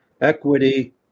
equity